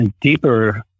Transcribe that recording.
deeper